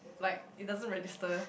like it doesn't register